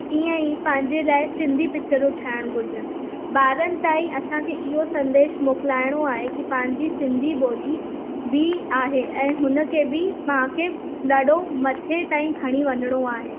इहा ई पंहिंजे लाइ सिंधी पिचरूं ठाहिण घुरजनि ॿारनि ताईं असांखे इहो संदेश मोकिलाइणो आहे की पंहिंजी सिंधी ॿोली बि आहे ऐं हुनखे बि पंहिंखे ॾाढो मथे ताईं खणी वञिणो आहे